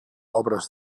obres